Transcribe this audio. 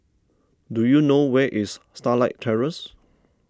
do you know where is Starlight Terrace